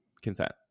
consent